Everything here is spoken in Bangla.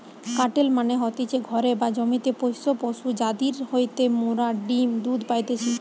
কাটেল মানে হতিছে ঘরে বা জমিতে পোষ্য পশু যাদির হইতে মোরা ডিম্ দুধ পাইতেছি